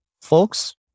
folks